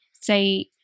say